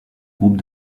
groupe